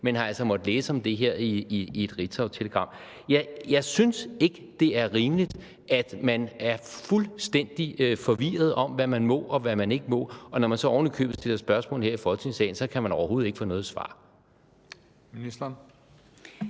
men har altså måttet læse om det her i et ritzautelegram. Jeg synes ikke, det er rimeligt, at man er fuldstændig forvirret, i forhold til hvad man må, og hvad man ikke må. Og når man så ovenikøbet stiller spørgsmål her i Folketingssalen, kan man overhovedet ikke få noget svar.